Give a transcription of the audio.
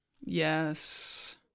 Yes